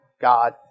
God